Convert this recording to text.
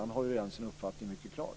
Han har ju redan sin uppfattning mycket klar.